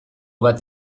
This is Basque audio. bat